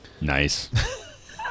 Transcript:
Nice